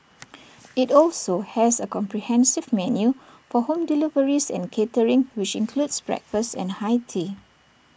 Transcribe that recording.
IT also has A comprehensive menu for home deliveries and catering which includes breakfast and high tea